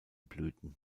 blüten